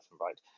right